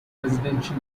residential